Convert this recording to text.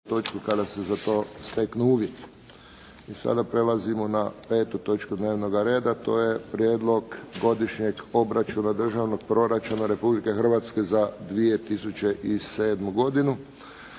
**Friščić, Josip (HSS)** I sada prelazimo na 5. točku dnevnoga reda: - Prijedlog godišnjeg obračuna Državnog proračuna Republike Hrvatske za 2007. godinu;